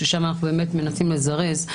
ששם אנחנו מניסם לזרז,